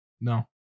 No